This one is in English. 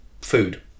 food